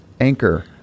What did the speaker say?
anchor